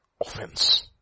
offense